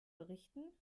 berichten